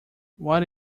what